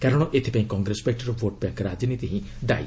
କାରଣ ଏଥିପାଇଁ କଂଗ୍ରେସ ପାର୍ଟିର ଭୋଟ୍ ବ୍ୟାଙ୍କ୍ ରାଜନୀତି ଦାୟୀ